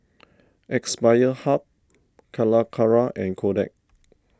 Aspire Hub Calacara and Kodak